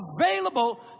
available